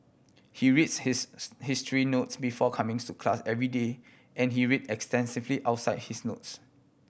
he reads his history notes before comings to class every day and he read extensively outside his notes